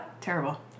Terrible